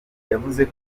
yavuze